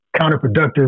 counterproductive